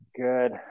Good